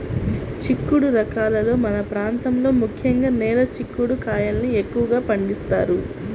చిక్కుడు రకాలలో మన ప్రాంతంలో ముఖ్యంగా నేల చిక్కుడు కాయల్ని ఎక్కువగా పండిస్తారు